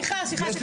סליחה, סליחה.